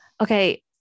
Okay